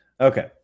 Okay